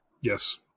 Yes